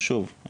שוב,